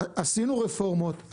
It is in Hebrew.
עשינו רפורמות,